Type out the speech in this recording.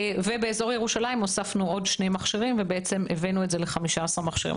באזור ירושלים הוספנו עוד 2 מכשירים ובעצם הבאנו את זה ל-15 מכשירים.